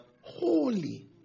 holy